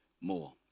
more